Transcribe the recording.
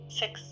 six